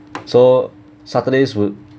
so saturdays would